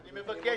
3 נגד,